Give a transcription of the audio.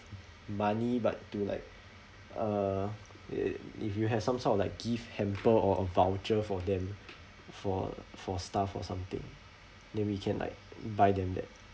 money but to like uh it if you has some sort of like gift hamper or a voucher for them for for staff or something then we can like buy them that